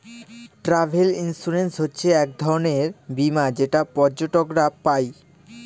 travel insurance হচ্ছে এক রকমের বীমা যেটা পর্যটকরা পাই